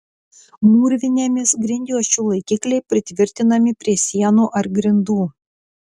mūrvinėmis grindjuosčių laikikliai pritvirtinami prie sienų ar grindų